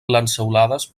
lanceolades